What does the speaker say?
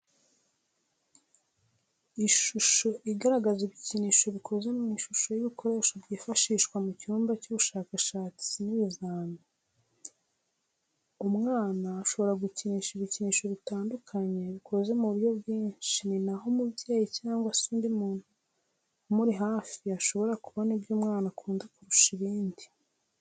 Ishusho igaragaza ibikinisho bikoze mu ishusho y'ibikoresho byifashishwa mu cyumba cy'ubushakashatsi n'ibizamini, umwana ashobora gukinisha ibikinisho bitandukanye bikoze mu buryo bwinsh ni naho umubyeyi cyangwa se undi muntu umuri hafi ashobora kubona ibyo umwana akunda kurusha ibindi.